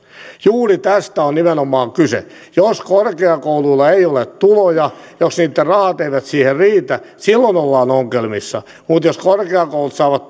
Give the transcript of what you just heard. juuri tästä on nimenomaan kyse jos korkeakouluilla ei ole tuloja jos niitten rahat eivät siihen riitä silloin ollaan ongelmissa mutta jos korkeakoulut saavat